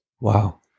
Wow